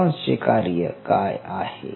neurons चे कार्य काय आहे